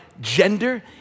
gender